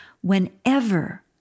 whenever